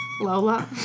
Lola